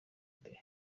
mbere